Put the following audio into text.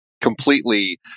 completely